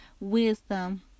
wisdom